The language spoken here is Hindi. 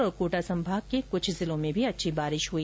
भरतपुर और कोटा संभाग के कुछ जिलों में भी अच्छी बारिश हुई